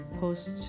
post